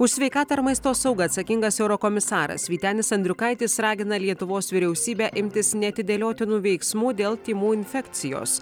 už sveikatą ir maisto saugą atsakingas eurokomisaras vytenis andriukaitis ragina lietuvos vyriausybę imtis neatidėliotinų veiksmų dėl tymų infekcijos